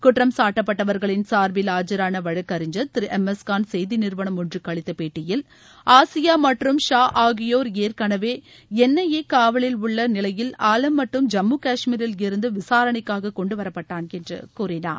குற்றம்சாட்டப்பட்டவர்களின் சார்பில் ஆஜரான வழக்கறிஞர் திரு எம் எஸ் கான் செய்தி நிறுவனம் ஒன்றுக்கு அளித்த பேட்டியில் ஆசியா மற்றும் ஷா ஆகியோர் ஏற்கனவே என் ஐ ஏ காவலில் உள்ள நிலையில் ஆலம் மட்டும் ஜம்மு கொண்டுவரப்பட்டான் என்று கூறினார்